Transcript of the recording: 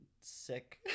sick